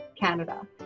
Canada